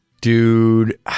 Dude